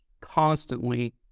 Constantly